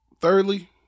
thirdly